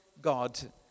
God